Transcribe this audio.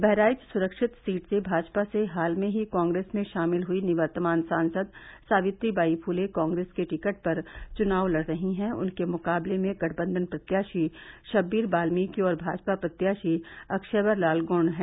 बहराइच सुरक्षित सीट से भाजपा से हाल में ही कांग्रेस में शामिल हुई निवर्तमान सांसद सावित्रीबाई फुले कांग्रेस के टिकट पर चुनाव लड़ रही है उनके मुकाबले में गठबंधन प्रत्याशी शब्बीर बाल्मीकि और भाजपा प्रत्याशी अक्षयवर लाल गौंड हैं